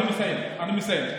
אני מסיים, אני מסיים.